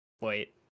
Wait